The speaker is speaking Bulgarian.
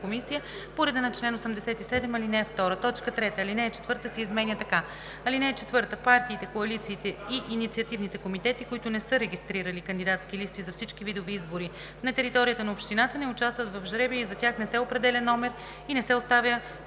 комисия по реда на чл. 87, ал. 2.“ 3. Алинея 4 се изменя така: „(4) Партиите, коалициите и инициативните комитети, които не са регистрирали кандидатски листи за всички видове избори на територията на общината, не участват в жребия и за тях не се определя номер и не се оставя